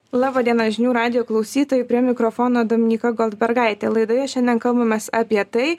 laba diena žinių radijo klausytojai prie mikrofono dominyka goldbergaitė laidoje šiandien kalbamės apie tai